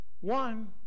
One